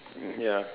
ya